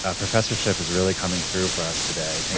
ah professorship is really coming through for us today. thanks